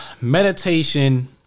meditation